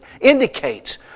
indicates